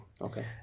Okay